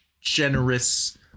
generous